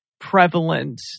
prevalent